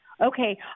Okay